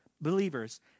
believers